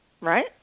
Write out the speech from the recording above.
right